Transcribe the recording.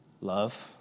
Love